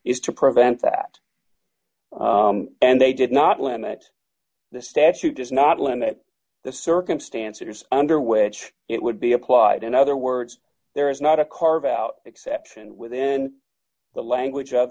is to prevent that and they did not limit this statute does not limit the circumstances under which it would be applied in other words there is not a carve out exception within the language of